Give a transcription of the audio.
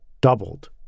doubled